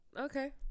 Okay